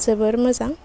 जोबोर मोजां